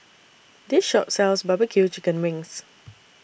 This Shop sells Barbecue Chicken Wings